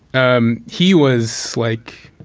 um he was like